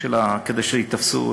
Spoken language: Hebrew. כדי שייתפסו,